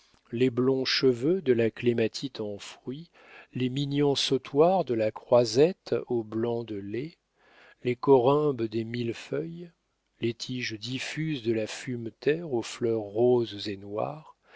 les blonds cheveux de la clématite en fruits les mignons sautoirs de la croisette au blanc de lait les corymbes des millefeuilles les tiges diffuses de la fumeterre aux fleurs roses et noires